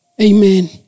Amen